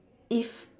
if